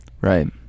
Right